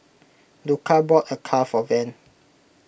Luka bought Acar for Van